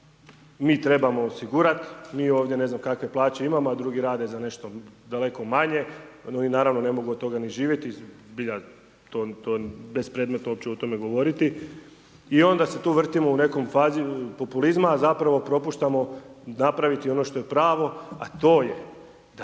Mi trebamo osigurati, mi ovdje ne znam kakve plaće imamo, a drugi rade za nešto daleko manje. Oni naravno ne mogu od toga živjeti. Zbilja to je bespredmetno uopće o tome govoriti. I onda se tu vrtimo u nekoj fazi populizma, a zapravo propuštamo napraviti ono što je pravo, a to je da